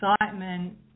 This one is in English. excitement